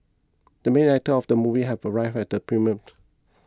the main actor of the movie have arrived at the premiere